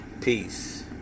Peace